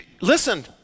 Listen